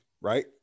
right